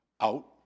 Out